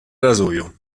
rasoio